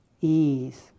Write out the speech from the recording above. ease